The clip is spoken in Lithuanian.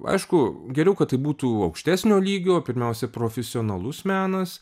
aišku geriau kad tai būtų aukštesnio lygio pirmiausia profesionalus menas